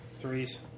Threes